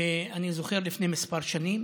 ואני זוכר שלפני כמה שנים